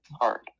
hard